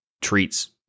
treats